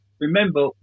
remember